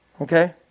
Okay